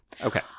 okay